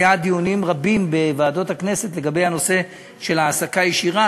היו דיונים רבים בוועדות הכנסת על הנושא של העסקה ישירה.